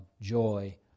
joy